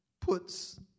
Puts